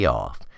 off